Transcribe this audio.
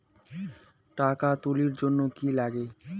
টাকা তুলির জন্যে কি লাগে?